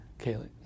Kaylee